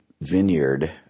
vineyard